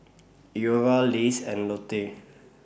Iora Lays and Lotte